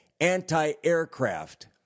anti-aircraft